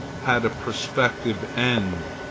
had a prospective end,